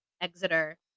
Exeter